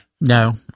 No